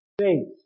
faith